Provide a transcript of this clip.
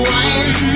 one